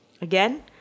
again